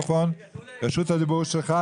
רשות הדיבור שלך.